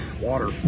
Water